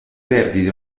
perdite